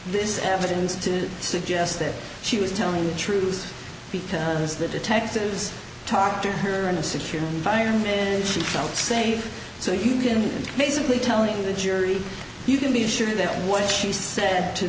this evidence to suggest that she was telling the truth because the detectives talked to her in a secure environment and she felt safe so you can basically telling the jury you can be sure that what she said to